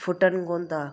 फुटनि कोन था